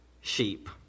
sheep